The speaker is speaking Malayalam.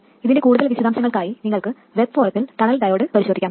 ഇതിന്റെ കൂടുതൽ വിശദാംശങ്ങൾക്കായി നിങ്ങൾക്ക് വെബ് ഫോറത്തിൽ ടണൽ ഡയോഡ് പരിശോധിക്കാം